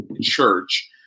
Church